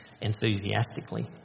enthusiastically